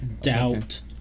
Doubt